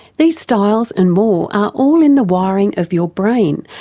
these styles and more are all in the wiring of your brain,